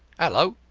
hallo,